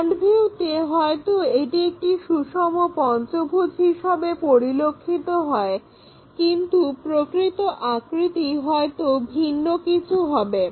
front ভিউতে হয়তো এটি একটি সুষম পঞ্চভুজ হিসাবে পরিলক্ষিত হয় কিন্তু প্রকৃত আকৃতি হয়তো ভিন্ন কিছু হবে